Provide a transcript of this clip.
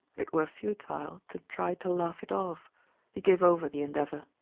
it were futile to try to laugh it off he gave over the endeavor.